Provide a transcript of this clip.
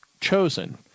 chosen